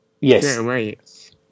Yes